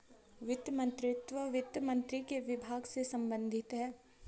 वित्त मंत्रीत्व वित्त मंत्री के विभाग से संबंधित है